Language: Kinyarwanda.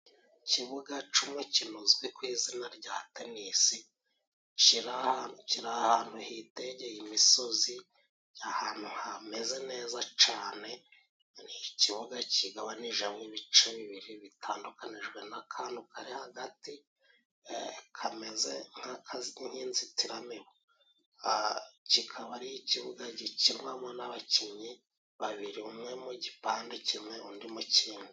Ikibuga c'umukino uzwi ku izina rya tenisi kiri ahantu hitegeye imisozi, ahantu hameze neza cane. Ikibuga kigabanijemo ibice bibiri bitandukanijwe n'akantu kari hagati ,kameze nk'izitiramibu. Kikaba ari ikibuga gikinwamo n'abakinnyi babiri umwe mu gipande kimwe undi mukindi.